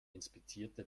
inspizierte